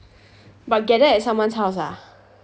but gather at someone's house ah